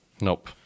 nope